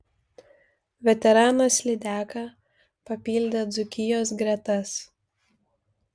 veteranas lydeka papildė dzūkijos gretas